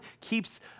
keeps